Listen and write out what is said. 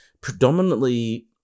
Predominantly